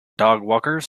dogwalkers